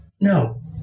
No